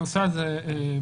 הנושא הזה מוכר,